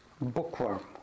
bookworm